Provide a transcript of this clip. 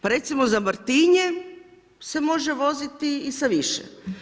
Pa recimo, za Martinje se može voziti i sa više.